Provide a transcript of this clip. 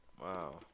Wow